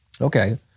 okay